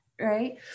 Right